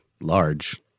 large